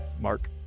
Mark